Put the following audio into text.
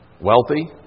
wealthy